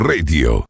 Radio